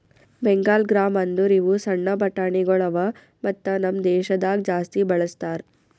Bengal gram ಅಂದುರ್ ಇವು ಸಣ್ಣ ಬಟಾಣಿಗೊಳ್ ಅವಾ ಮತ್ತ ನಮ್ ದೇಶದಾಗ್ ಜಾಸ್ತಿ ಬಳ್ಸತಾರ್